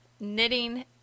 knitting